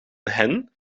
hen